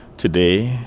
today,